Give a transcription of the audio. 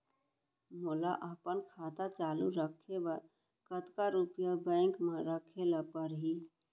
मोला अपन खाता चालू रखे बर कतका रुपिया बैंक म रखे ला परही?